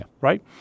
right